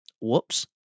whoops